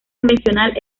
convencional